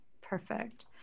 perfect